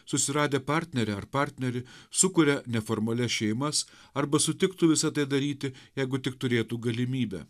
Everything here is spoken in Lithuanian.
susiradę partnerę ar partnerį sukuria neformalias šeimas arba sutiktų visą tai daryti jeigu tik turėtų galimybę